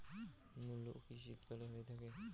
মূলো কি শীতকালে হয়ে থাকে?